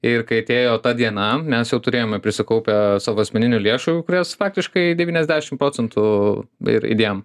ir kai atėjo ta diena mes jau turėjome prisikaupę savo asmeninių lėšų kurias faktiškai devyniasdešim procentų ir įdėjom